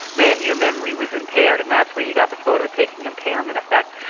then your memory was impaired, and that's where you got the photo-taking impairment effect.